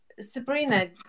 Sabrina